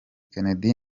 kennedy